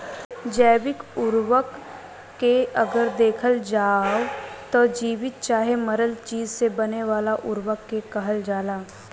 जैविक उर्वरक के अगर देखल जाव त जीवित चाहे मरल चीज से बने वाला उर्वरक के कहल जाला